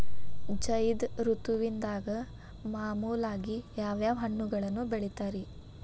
ಝೈದ್ ಋತುವಿನಾಗ ಮಾಮೂಲಾಗಿ ಯಾವ್ಯಾವ ಹಣ್ಣುಗಳನ್ನ ಬೆಳಿತಾರ ರೇ?